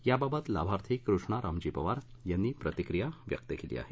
याबाबत लाभार्थी कृष्णा रामजी पवार यांनी प्रतिक्रिया व्यक्त केली आहे